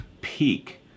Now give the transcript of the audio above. peak